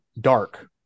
dark